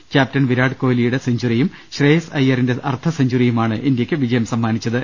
captain Virat കോഹ്ലിയുടെ സെഞ്ചറിയും ശ്രേയസ് അയ്യറിന്റെ അർദ്ധ സെഞ്ചറിയുമാണ് ഇന്ത്യയ്ക്ക് വിജയം സമ്മാനിച്ചത്